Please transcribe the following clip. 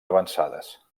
avançades